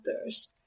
others